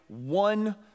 one